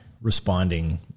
responding